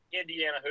Indiana